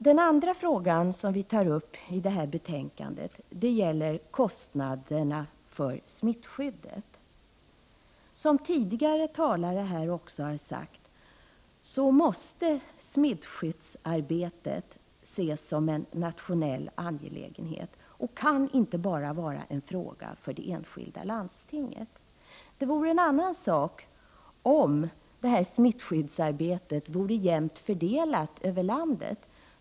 Den andra frågan som vi tar upp i detta betänkande gäller kostnaderna för smittskyddet. Som tidigare talare här också har sagt måste smittskyddsarbetet ses som en nationell angelägenhet. Det kan inte bara vara en fråga för det enskilda landstinget. Det vore en annan sak om smittskyddsarbetet vore jämnt fördelat över landet.